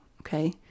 okay